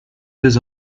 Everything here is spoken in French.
des